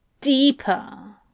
deeper